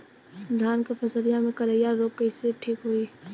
धान क फसलिया मे करईया रोग कईसे ठीक होई?